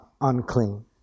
unclean